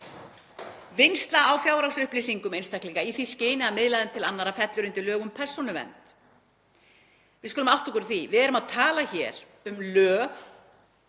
Vinnsla á fjárhagsupplýsingum einstaklinga í því skyni að miðla þeim til annarra fellur undir lög um persónuvernd. Við skulum átta okkur á því að við erum að tala hér um lög